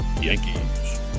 Yankees